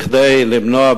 כדי למנוע,